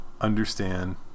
understand